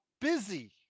busy